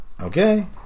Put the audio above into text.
Okay